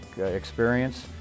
experience